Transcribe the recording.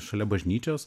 šalia bažnyčios